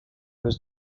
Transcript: was